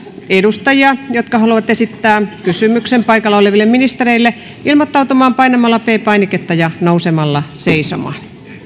edustajia jotka haluavat esittää kysymyksen paikalla oleville ministereille ilmoittautumaan painamalla p painiketta ja nousemalla seisomaan